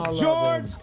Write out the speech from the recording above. George